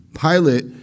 Pilate